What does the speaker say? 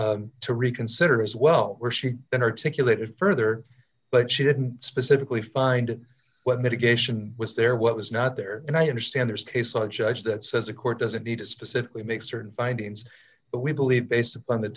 motion to reconsider as well where she an articulated further but she didn't specifically find what mitigation was there what was not there and i understand there's case on judge that says a court doesn't need to specifically make certain findings but we believe based upon th